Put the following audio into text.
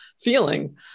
feeling